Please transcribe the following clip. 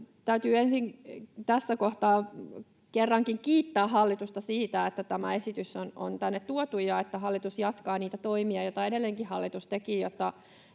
Täytyy ensin tässä kohtaa kerrankin kiittää hallitusta siitä, että tämä esitys on tänne tuotu ja että hallitus jatkaa niitä toimia, joita edellinenkin hallitus teki,